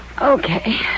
Okay